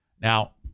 Now